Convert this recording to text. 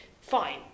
fine